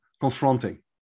confronting